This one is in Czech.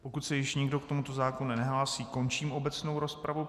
Pokud se již nikdo k tomuto zákonu nehlásí, končím obecnou rozpravu.